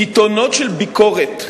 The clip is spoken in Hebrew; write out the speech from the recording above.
קיתונות של ביקורת,